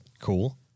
Cool